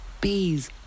bees